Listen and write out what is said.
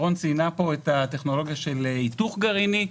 שרון ציינה פה את הטכנולוגיה של היתוך גרעיני,